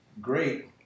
Great